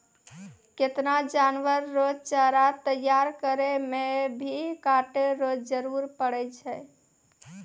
केतना जानवर रो चारा तैयार करै मे भी काटै रो जरुरी पड़ै छै